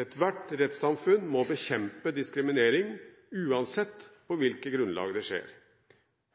Ethvert rettssamfunn må bekjempe diskriminering uansett på hvilket grunnlag det skjer.